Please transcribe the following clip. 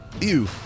Ew